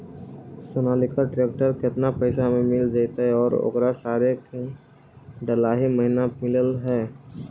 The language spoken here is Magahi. सोनालिका ट्रेक्टर केतना पैसा में मिल जइतै और ओकरा सारे डलाहि महिना मिलअ है का?